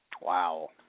Wow